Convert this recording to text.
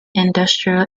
industrial